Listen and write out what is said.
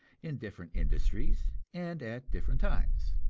in different industries and at different times.